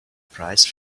price